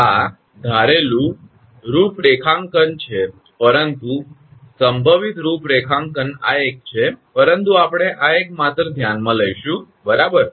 આ ધારેલું રૂપરેખાંકન છે પરંતુ સંભવિત રૂપરેખાંકન આ એક છે પરંતુ આપણે આ એક માત્ર ધ્યાનમાં લઈશું બરાબર